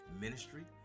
ministry